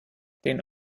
den